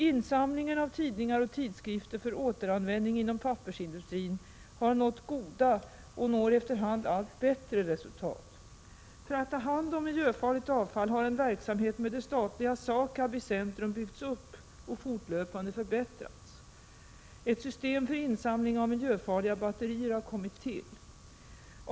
Insamlingen av tidningar och tidskrifter för återanvändning inom pappersindustrin har nått goda och når efter hand allt bättre resultat. För att ta hand om miljöfarligt avfall har en verksamhet med det statliga SAKAB i centrum byggts upp och fortlöpande förbättrats. Ett system för insamling av miljöfarliga batterier har kommit till.